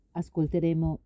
ascolteremo